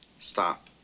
Stop